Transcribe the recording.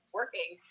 working